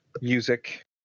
music